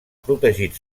protegit